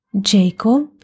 Jacob